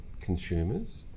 consumers